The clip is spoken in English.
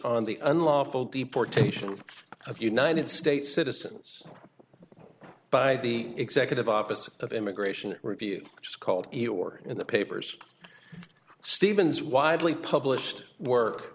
on the unlawful deportation of united states citizens by the executive office of immigration review which is called a or in the papers stevens widely published work